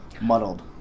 muddled